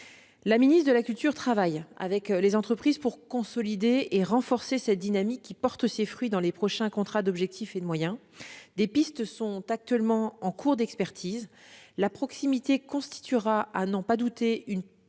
La ministre de la culture travaille avec les entreprises pour consolider et renforcer cette dynamique, qui portera ses fruits dans les prochains contrats d'objectifs et de moyens. Des pistes sont en cours d'expertise. La proximité constituera à n'en pas douter l'une des priorités